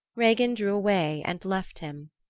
regin drew away and left him.